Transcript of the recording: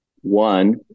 One